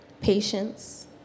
patience